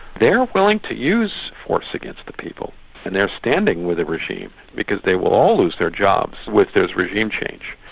they're willing to use force against the people and they're standing with the regime, because they will all lose their jobs with there's regime change.